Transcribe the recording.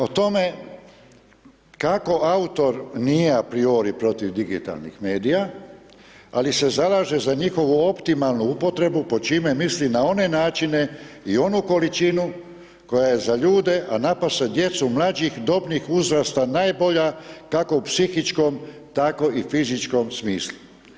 O tome kako autor nije apriori protiv digitalnih medija, ali se zalaže za njihovu optimalnu upotrebu, po čime misli na one načine i onu količinu koja je za ljude, a napose djecu mlađih dobnih uzrasta najbolja, kako u psihičkom, tako i fizičkom smislu.